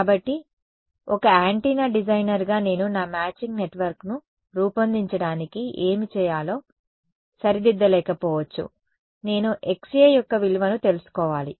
కాబట్టి ఒక యాంటెన్నా డిజైనర్గా నేను నా మ్యాచింగ్ నెట్వర్క్ను రూపొందించడానికి ఏమి చేయాలో సరిదిద్దలేకపోవచ్చు నేను Xa యొక్క విలువను తెలుసుకోవాలి